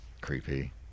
Creepy